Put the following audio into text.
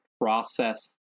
process